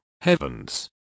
heavens